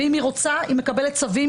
ואם היא רוצה, היא מקבלת צווים.